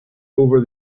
over